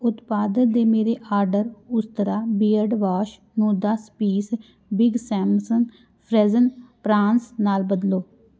ਉਤਪਾਦ ਦੇ ਮੇਰੇ ਆਰਡਰ ਉਸਤਰਾ ਬੀਅਡ ਵਾਸ਼ ਨੂੰ ਦਸ piece big Sam's frozen prawns ਨਾਲ ਬਦਲੋ